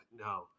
No